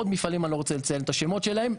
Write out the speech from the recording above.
עוד מפעלים שאני לא רוצה לציין את השמות שלהם,